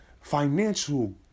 financial